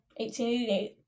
1888